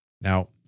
Now